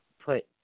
put